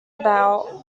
about